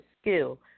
skill